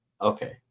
Okay